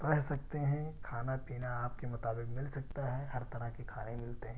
رہ سکتے ہیں کھانا پینا آپ کے مطابق مل سکتا ہے ہر طرح کے کھانے ملتے ہیں